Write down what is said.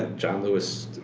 and john lewis,